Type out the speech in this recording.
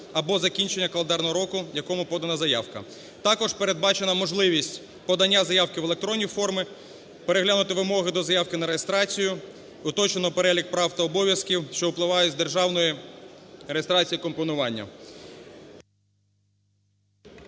або закінчення календарного року, в якому подана заявка. Також передбачена можливість подання заявки в електронній формі, переглянути вимоги до заявки на реєстрацію, уточнено перелік прав та обов'язків, що випливають з державної реєстрації компонування.